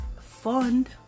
Fund